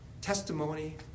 testimony